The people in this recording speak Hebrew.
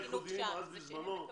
בזמנו,